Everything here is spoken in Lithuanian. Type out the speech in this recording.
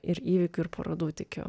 ir įvykių ir parodų tikiu